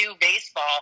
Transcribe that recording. baseball